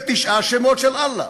זאת העבודה,